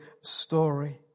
story